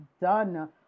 done